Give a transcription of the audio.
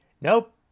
nope